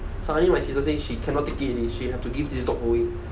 suddenly my sister say she cannot take it already she have to give this dog away